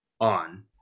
on